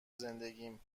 زندگیم